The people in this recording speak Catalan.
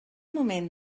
moment